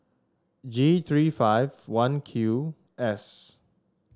G three five one Q S